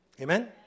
Amen